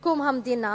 קום המדינה